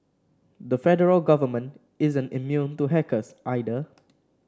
the federal government isn't immune to hackers either